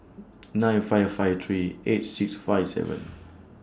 nine five five three eight six five seven